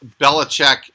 Belichick